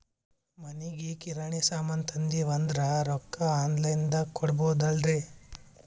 ಮನಿಗಿ ಕಿರಾಣಿ ಸಾಮಾನ ತಂದಿವಂದ್ರ ರೊಕ್ಕ ಆನ್ ಲೈನ್ ದಾಗ ಕೊಡ್ಬೋದಲ್ರಿ?